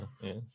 Yes